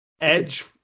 Edge